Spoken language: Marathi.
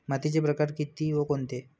मातीचे प्रकार किती व कोणते?